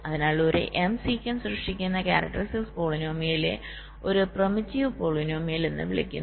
അതിനാൽ ഒരു M sequence സൃഷ്ടിക്കുന്ന കാരക്ടറിസ്റ്റിക് പോളിനോമിയലിനെ ഒരു പ്രിമിറ്റീവ് പോളിനോമിയൽ എന്ന് വിളിക്കുന്നു